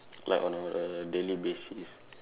like on our daily basis